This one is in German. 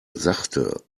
sachte